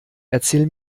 erzähl